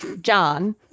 John